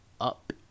up